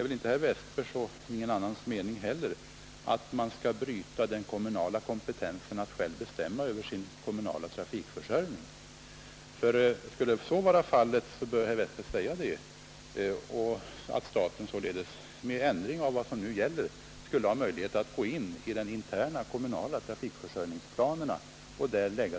är väl inte herr Westbergs och inte heller någon annans Torsdagen den mening att man skall bryta den kommunala kompetensen att bestämma 21 oktober 1971 över sin egen trafikförsörjning. Skulle så vara fallet, bör herr Westberg säga att staten med ändring av vad som nu gäller skulle ha möjlighet att inverka på hur de interna kommunala trafikförsörjningsplanerna bör vara ordnade.